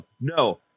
No